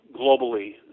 globally